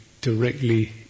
directly